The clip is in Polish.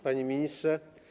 Panie Ministrze!